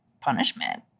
punishment